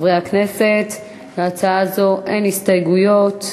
חברי הכנסת, להצעה זו אין הסתייגויות,